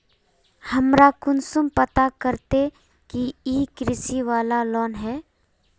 हमरा कुंसम पता रहते की इ कृषि वाला लोन है?